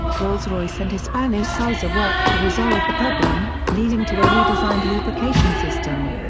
rolls-royce and hispano-suiza worked to resolve the problem, leading to a redesigned lubrication system.